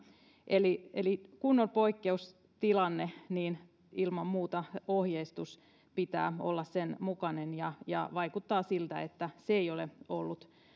eli eli kun on poikkeustilanne niin ilman muuta ohjeistuksen pitää olla sen mukainen ja ja vaikuttaa siltä että se ei ole ollut